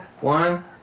one